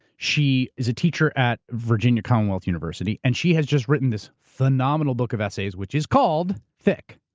she is a teacher at virginia commonwealth university and she has just written this phenomenal book of essays which is called thick.